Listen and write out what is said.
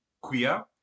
queer